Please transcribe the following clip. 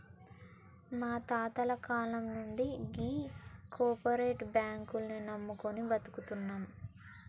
మా తాతల కాలం నుండి గీ కోపరేటివ్ బాంకుల్ని నమ్ముకొని బతుకుతున్నం